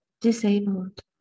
disabled